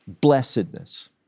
blessedness